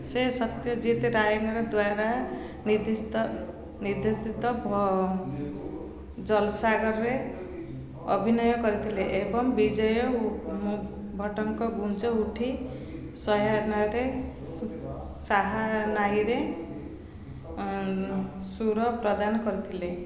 ସେ ସତ୍ୟଜିତ୍ ରାୟଙ୍କ ଦ୍ୱାରା ନିର୍ଦ୍ଦେଶିତ ଜଲ୍ସାଘର୍ରେ ଅଭିନୟ କରିଥିଲେ ଏବଂ ବିଜୟ ଭଟ୍ଟଙ୍କ ଗୁଞ୍ଜ୍ ଉଠି ସାହାନାଇର ସ୍ୱର ପ୍ରଦାନ କରିଥିଲେ